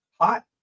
hot